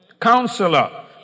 Counselor